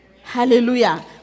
Hallelujah